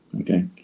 Okay